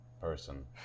person